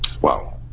Wow